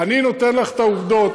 אני נותנת לך את העובדות.